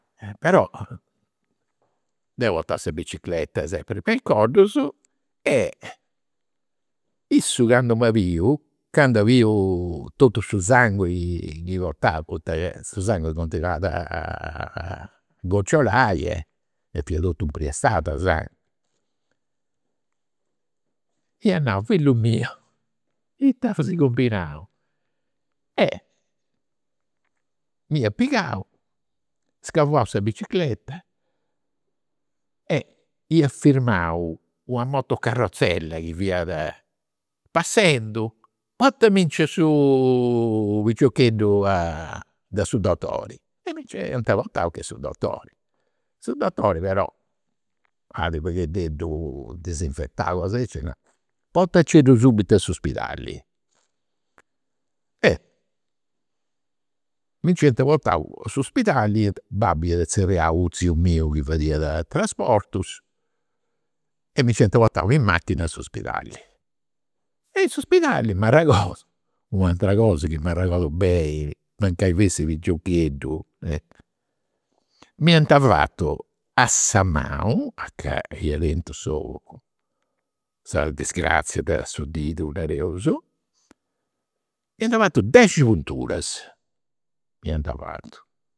Però deu portau sa bicicreta sempri me i' coddus, e issu candu m'at biu, candu at biu totu su sanguini chi portau, poita su sanguini continuat a a gocciolai e fia totu impiastrau de sanguini. Iat nau, fillu miu ita as cumbinau. M'iat pigau, scavuau sa bicicreta, e iat firmau una motocarrozella chi fiat passendu, portaminci a su su piciocheddu da su dottori. E mi portau a che su dottori. Su dottori però at u' paghededdu disinfetau, cosa aici, e ia nau, pontaiceddu subitu a s'uspidali. Mi nc'iant portau a s'uspidali, babbu iat u' tziu miu chi fadiat trasportus e mi nc'iant portau in machina a s'uspidali. In s'uspidali, m'arregodu, u' atera cosa chi m'arregodu beni mancai fessi piciocheddu, m'iant fatu a sa manu a ca ia tentu su sa disgrazia de su didu, nareus, m'iant fatu dexi punturas, m'iant fatu